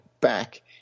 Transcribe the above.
back